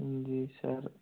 जी sir